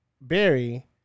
Barry